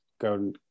go